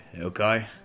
okay